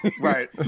Right